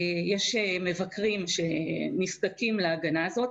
יש מבקרים שנזקקים להגנה הזאת.